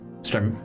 start